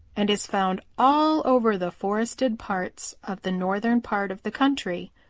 and is found all over the forested parts of the northern part of the country.